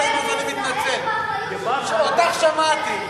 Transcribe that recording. אותך שמעתי.